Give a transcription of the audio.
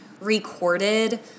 recorded